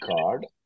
card